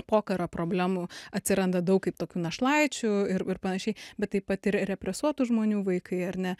pokario problemų atsiranda daug kaip tokių našlaičių ir ir panašiai bet taip pat ir represuotų žmonių vaikai ar ne